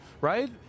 right